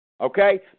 Okay